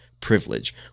privilege